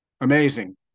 amazing